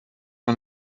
man